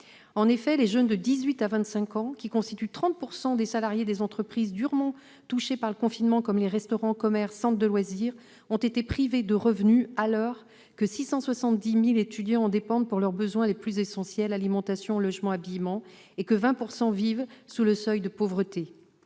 En effet, les jeunes de 18 à 25 ans, qui constituent 30 % des salariés des entreprises durement touchées par le confinement- restaurants, commerces et centres de loisirs -, ont été privés de revenus, alors que 670 000 étudiants en dépendent pour leurs besoins les plus essentiels- alimentation, logement, habillement -et que 20 % des jeunes vivent sous le seuil de pauvreté.